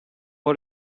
for